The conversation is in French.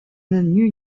new